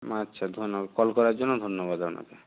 আচ্ছা ধন্য কল করার জন্য ধন্যবাদ আপনাকে